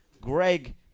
Greg